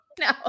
no